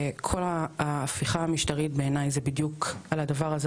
וכל ההפיכה המשטרית בעיניי היא בדיוק על הדבר הזה,